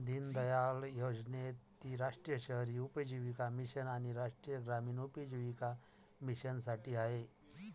दीनदयाळ योजनेत ती राष्ट्रीय शहरी उपजीविका मिशन आणि राष्ट्रीय ग्रामीण उपजीविका मिशनसाठी आहे